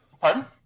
Pardon